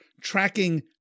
tracking